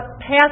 passed